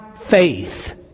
faith